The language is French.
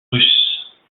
russe